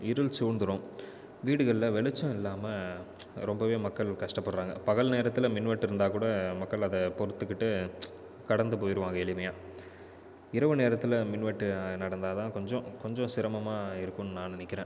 ப இருள் சூழ்ந்துடும் வீடுகள்ல வெளிச்சம் இல்லாமல் ரொம்பவே மக்கள் கஷ்டப்படுறாங்க பகல் நேரத்தில் மின்வெட்டு இருந்தாக்கூட மக்கள் அதை பொறுத்துகிட்டு கடந்து போயிடுவாங்க எளிமையாக இரவு நேரத்தில் மின்வெட்டு நடந்தால் தான் கொஞ்சம் கொஞ்சம் சிரமமாக இருக்கும்ன்னு நான் நினைக்குறேன்